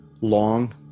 long